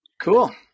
Cool